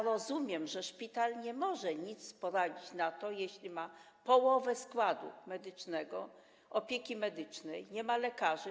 Rozumiem, że szpital nie może nic na to poradzić, jeśli ma połowę składu medycznego, opieki medycznej, nie ma lekarzy.